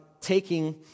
taking